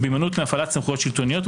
ובהימנעות מהפעלת סמכות שלטונית,